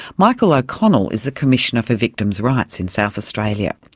michael o'connell is a commissioner for victims' rights in south australia.